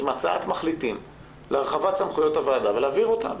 עם הצעת מחליטים להרחבת סמכויות הוועדה ולהעביר אותה.